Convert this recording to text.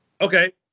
Okay